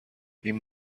این